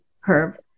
curve